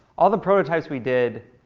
all the prototypes we did,